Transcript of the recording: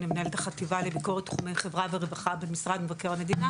אני מנהלת החטיבה לביקורת תחומי חברה ורווחה במשרד מבקר המדינה